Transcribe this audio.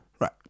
Right